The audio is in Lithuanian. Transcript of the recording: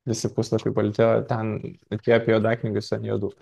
visi puslapiai balti o ten bet kai apie juodaknygius ant juodų